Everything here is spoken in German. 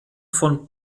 von